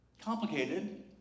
Complicated